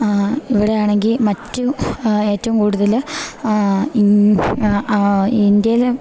ഇവടെയാണെങ്കി മറ്റു ഏറ്റോം കൂട്തല് ഇന്ത്യയ്ല്